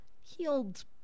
healed